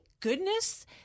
goodness